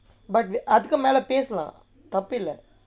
but அதற்கு மேலே பேசலாம் தப்பில்லை:atharkku mela pesalaam thappillai